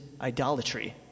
idolatry